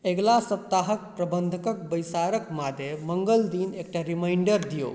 अगिला सप्ताहक प्रबन्धकक बैसारके मादे मंगल दिन एकटा रिमान्डर दियौक